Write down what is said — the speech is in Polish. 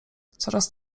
coraz